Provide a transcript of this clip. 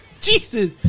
Jesus